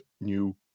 new